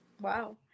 wow